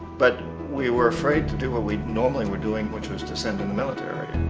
but we were afraid to do what we normally were doing, which was to send in the military.